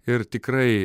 ir tikrai